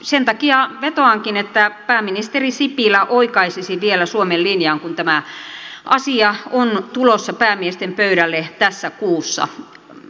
sen takia vetoankin että pääministeri sipilä oikaisisi vielä suomen linjan kun tämä asia on tulossa päämiesten pöydälle tässä kuussa